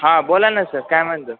हां बोला ना सर काय म्हणतो